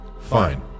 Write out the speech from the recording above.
Fine